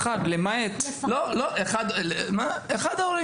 למעט --- אחד ההורים.